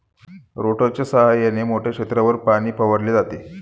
रोटेटरच्या सहाय्याने मोठ्या क्षेत्रावर पाणी फवारले जाते